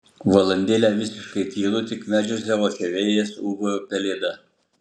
valandėlę visiškai tylu tik medžiuose ošia vėjas ūbauja pelėda